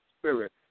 spirit